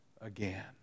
again